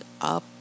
up